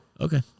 Okay